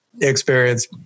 experience